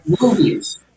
movies